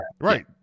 right